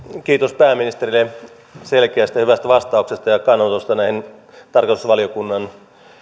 kiitos pääministerille selkeästä ja hyvästä vastauksesta ja kannanotosta näihin tarkastusvaliokunnan